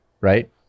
Right